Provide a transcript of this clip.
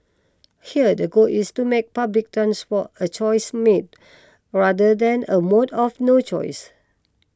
here the goal is to make public transport a choice made rather than a mode of no choice